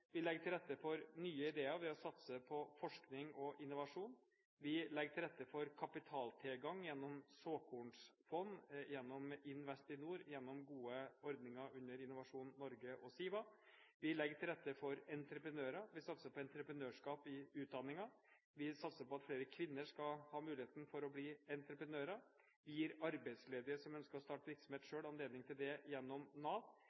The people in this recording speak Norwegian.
Vi legger til rette for nye ideer ved å satse på forskning og innovasjon. Vi legger til rette for kapitaltilgang gjennom såkornfond, gjennom Investinor, og gjennom gode ordninger under Innovasjon Norge og SIVA. Vi legger til rette for entreprenører. Vi satser på entreprenørskap i utdanningen. Vi satser på at flere kvinner skal ha muligheten til å bli entreprenører. Vi gir arbeidsledige som ønsker å starte virksomhet selv, anledning til det gjennom Nav.